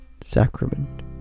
Sacrament